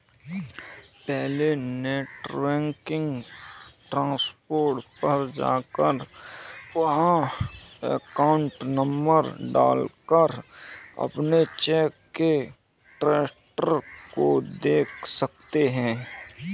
पहले net banking dashboard पर जाकर वहाँ अकाउंट नंबर डाल कर अपने चेक के स्टेटस को देख सकते है